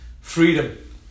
Freedom